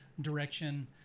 direction